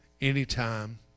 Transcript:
anytime